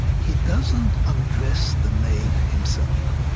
he doesn't undress the maid himself.